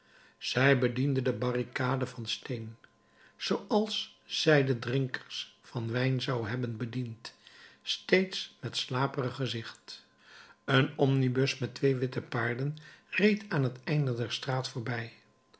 zij bediende de barricade van steen zooals zij de drinkers van wijn zou hebben bediend steeds met slaperig gezicht een omnibus met twee witte paarden reed aan t einde der straat voorbij